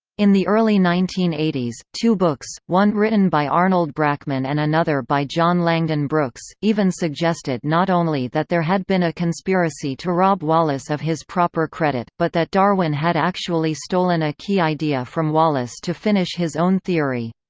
in the early nineteen eighty s, two books, one written by arnold brackman and another by john langdon brooks, even suggested not only that there had been a conspiracy to rob wallace of his proper credit, but that darwin had actually stolen a key idea from wallace to finish his own theory.